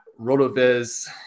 Rotoviz